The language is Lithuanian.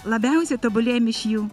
labiausiai tobulėjam iš jų